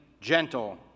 gentle